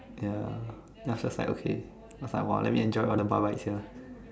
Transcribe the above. ya then I was just like their their sides okay their side !wah! let me enjoy all the bar life here